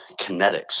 kinetics